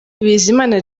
bizimana